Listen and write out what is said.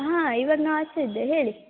ಹಾಂ ಇವಾಗ ನಾ ಆಚೆ ಇದ್ದೆ ಹೇಳಿ